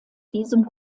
diesem